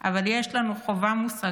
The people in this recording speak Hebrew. אבל יש לנו חובה מוסרית